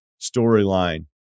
storyline